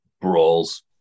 brawls